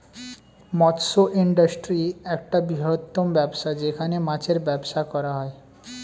মৎস্য ইন্ডাস্ট্রি একটা বৃহত্তম ব্যবসা যেখানে মাছের ব্যবসা করা হয়